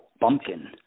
bumpkin